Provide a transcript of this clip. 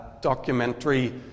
documentary